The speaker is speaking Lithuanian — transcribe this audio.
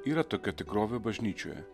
yra tokia tikrovė bažnyčioje